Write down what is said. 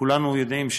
כולנו יודעים,